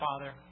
Father